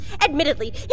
Admittedly